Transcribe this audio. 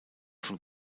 von